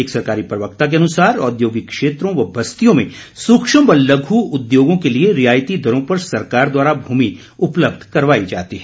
एक सरकारी प्रवक्ता के अनुसार औद्योगिक क्षेत्रों व बस्तियों में सूक्ष्म व लघु उद्योगों के लिए रियायती दरों पर सरकार द्वारा भूमि उपलब्ध करवाई जाती है